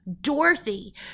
Dorothy